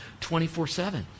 24-7